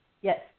Yes